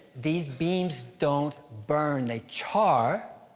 these beams don't burn. they char.